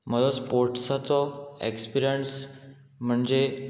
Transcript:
म्हजो स्पोर्ट्साचो एक्सपिरियन्स म्हणजे